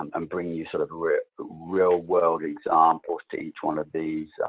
um i'm bringing you sort of real world examples to each one of these.